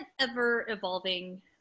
ever-evolving